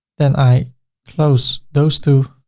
then i close those two.